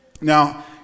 Now